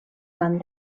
van